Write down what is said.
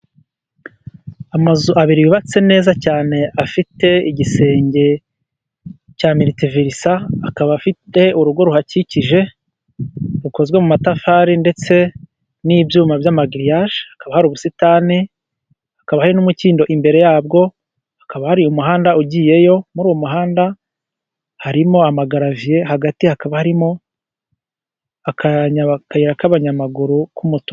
Amazu abiri yubatse neza cyane, afite igisenge cya militiverisa, akaba afite urugo ruhakikije rukozwe mu matafari ndetse n’ibyuma by’amagiriyaje. Hakaba hari ubusitani, hakaba hari n’umukindo imbere yabwo. Akaba ari umuhanda ugiyeyo, muri uwo muhanda harimo amagaraviye hagati, hakaba harimo akayira k’abanyamaguru k’umutuku.